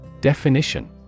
Definition